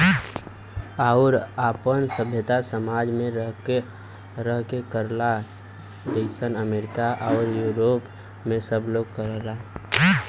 आउर आपन सभ्यता समाज मे रह के करला जइसे अमरीका आउर यूरोप मे सब लोग करला